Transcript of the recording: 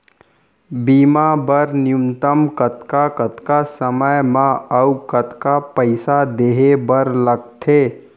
बीमा बर न्यूनतम कतका कतका समय मा अऊ कतका पइसा देहे बर लगथे